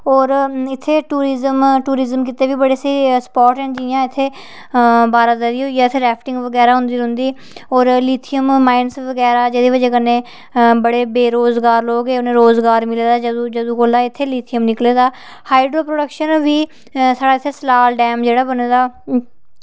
होर इत्थें टूरीजम गित्तै बी स्हेई स्पॉट हैन जियां इत्थें बारादरी होइया इत्थै रॉफ्टिंग बगैरा होंदी रौंह्दी होर लिथियम माइन 'बगैरा जेह्दे कन्नै बड़े बेरोज़गार लोग हे उनेंगी रोज़गार मिले दा जदूं कोला इत्थै लिथियम निकले दा हाइड्रोप्रोडक्शन बी साढ़े इत्थै सलाल डैम इत्थै बने दा